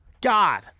God